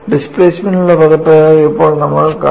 ഡിസ്പ്ലേസ്മെൻറ്നുള്ള പദപ്രയോഗം ഇപ്പോൾ നമ്മൾക്ക് ലഭിച്ചു